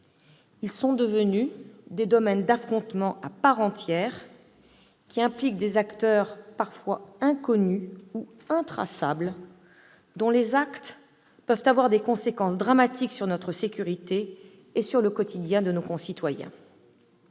sont devenus des domaines d'affrontement à part entière, impliquant des acteurs parfois inconnus ou intraçables, dont les actes peuvent avoir des conséquences dramatiques sur notre sécurité et sur le quotidien de nos concitoyens.